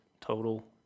total